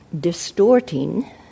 distorting